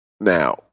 Now